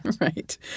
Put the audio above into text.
Right